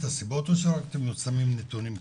בדקתם את הסיבות או שרק אתם שמים נתונים כאן?